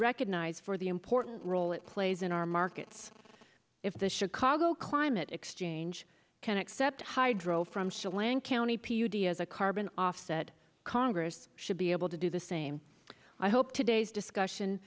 recognized for the important role it plays in our markets if the chicago climate exchange can accept hydro from silang county p u d s a carbon offset congress should be able to do the same i hope today's discussion